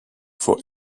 for